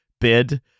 bid